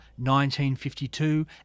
1952